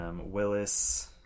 Willis